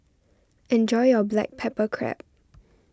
enjoy your Black Pepper Crab